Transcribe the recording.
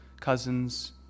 cousins